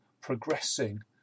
progressing